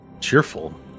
cheerful